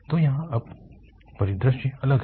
तो यहाँ अब परिदृश्य अलग है